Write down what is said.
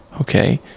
okay